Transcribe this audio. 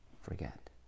forget